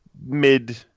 mid